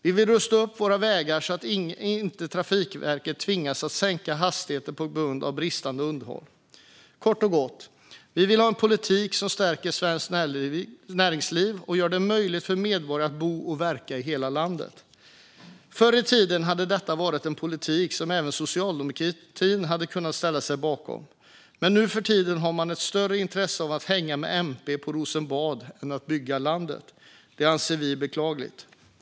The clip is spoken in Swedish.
Vi vill rusta upp våra vägar så att Trafikverket inte tvingas att sänka hastigheter på grund av bristande underhåll. Kort och gott vill vi ha en politik som stärker svenskt näringsliv och gör det möjligt för medborgarna att bo och verka i hela landet. Förr i tiden hade detta varit en politik som även socialdemokratin hade kunnat ställa sig bakom, men nu för tiden har man ett större intresse av att hänga med MP på Rosenbad än att bygga landet. Det anser vi är beklagligt.